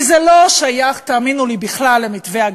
כי זה לא שייך, תאמינו לי, בכלל, למתווה הגז,